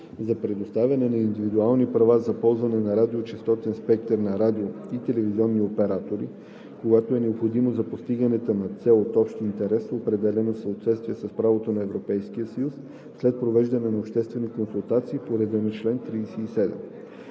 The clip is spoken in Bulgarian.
за предоставяне на индивидуални права за ползване на радиочестотен спектър на радио- и телевизионни оператори, когато е необходимо за постигане на цел от общ интерес, определена в съответствие с правото на Европейския съюз, след провеждане на обществени консултации по реда на чл. 37.“